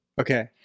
Okay